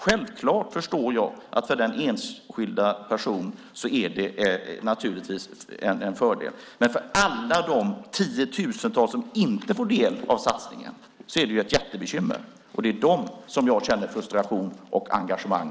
Självklart förstår jag att det är en fördel för den enskilda personen, men för alla de tiotusentals som inte får del av satsningen är det ett jättebekymmer. Det är för dem jag känner frustration och engagemang.